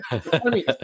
Funny